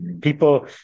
people